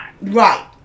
Right